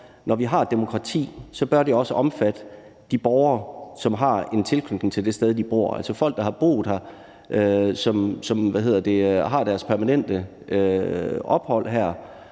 når vi har et demokrati, bør det også omfatte de borgere, som har en tilknytning til det sted, hvor de bor, altså folk, der har boet her, og som har deres permanente ophold her.